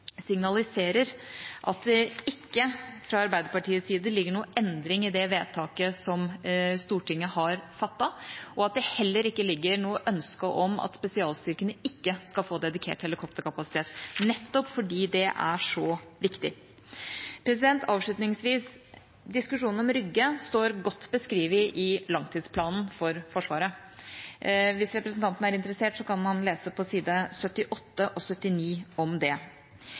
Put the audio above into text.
signaliserer at det ikke fra Arbeiderpartiets side ligger noen endring i det vedtaket som Stortinget har fattet, og at det heller ikke ligger noe ønske om at spesialstyrkene ikke skal få dedikert helikopterkapasitet, nettopp fordi det er så viktig. Avslutningsvis: Diskusjonen om Rygge står godt beskrevet i langtidsplanen for Forsvaret. Hvis representanten er interessert, kan han lese på side 78 og 79 om det.